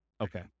Okay